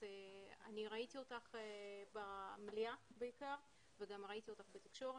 אני ראיתי אותך במליאה בעיקר וגם בתקשורת